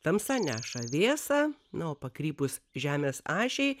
tamsa neša šviesą nuo pakrypus žemės ašiai